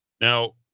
Now